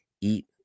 eat